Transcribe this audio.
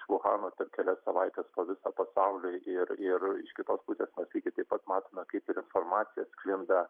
iš vuhano per kelias savaites po visą pasaulį ir ir iš kitos pusės mes lygiai taip pat matome kaip ir informacija sklinda